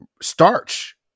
starch